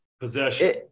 possession